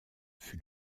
fut